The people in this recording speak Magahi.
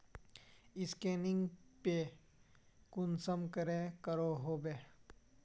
स्कैनिंग पे कुंसम करे करो होबे?